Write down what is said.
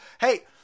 hey